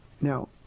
now